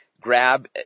grab